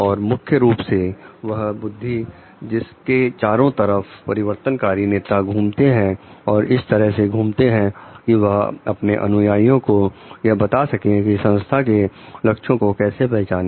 और मुख्य रूप से वह बुद्धि जिसके चारों तरफ परिवर्तनकारी नेता घूमते हैं और इस तरह से घूमते हैं कि वह अपने अनुयायियों को यह बता सकें कि संस्था के लक्ष्यों को कैसे पहचाने